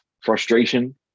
frustration